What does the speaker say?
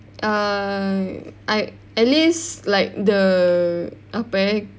err Yishun I at least like the apa eh